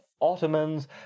Ottomans